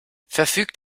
verfügt